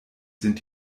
sind